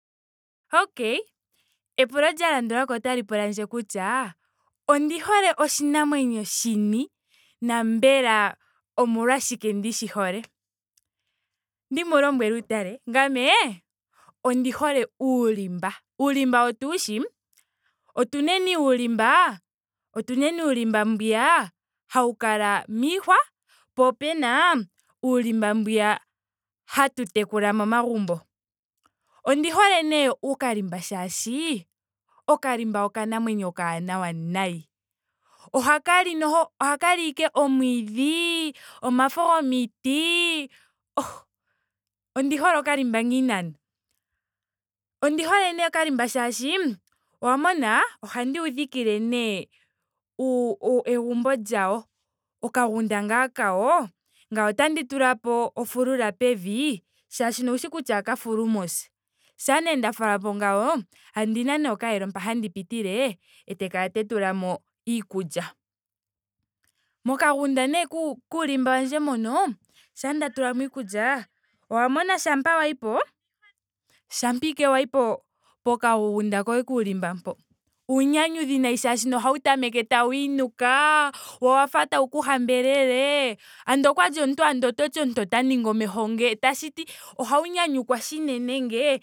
Okay. epulo lya landulako otali pulandje kutya. ondi hole oshinamwenyo shini. na mbela omolwashike ndishi hole. Andiya ndimu lombwele utale. Ngame ondi hole uulimba. Uulimba otu wushi? Otuneni uulimba mbwiya otu neni uulimba mbwiya hau kala miihwa. tse otuna uulimba mbi ha tu tekula momagumbo. Ondi hole nee okallimba molwaashoka. okalimba okanamwenyo okaanawa nayi. Oha ka li noho oha ka li ashike omwiidhi. omafo gomiti oh. ondi hole okalimba ngiini ano? Ondi hole nee okalimba molwaashoka. owa mona. ohandi wu dhikile nee uu- uu- egumbo lyawo. Okagunda kaa kawo ngame ote tulapo ofulula pevi. molwaashoka owushi kutya ohaka fulu mos. shampa nee nda falapo ngawo. ondina nee okayelo mpa handi pitile ete kala tandi tulamo iikulya. Mokagunda nee kuu- kuulimba wandje moka shampa nda tulamo iikulya. owa mona shampa wa yipo. shampa ashike wayi po- pokagunda koye kuulimba mpo. uunyanyudhi nayi molwaashoka ohau tameke tawi inuka. wo owa fa tau ku hambelele. andola okwali omuntu ando ototi ota ningi omeho ngee. tashiti ohau nyanyukwa shinene nee.